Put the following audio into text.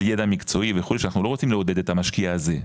ידע מקצועי וכו' שאנחנו לא רוצים לעודד את המשקיע הזה,